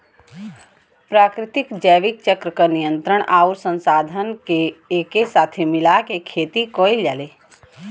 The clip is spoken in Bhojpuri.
प्राकृतिक जैविक चक्र क नियंत्रण आउर संसाधन के एके साथे मिला के खेती कईल जाला